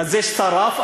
סליחה,